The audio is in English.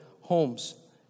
homes